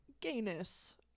gayness